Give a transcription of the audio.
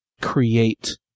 create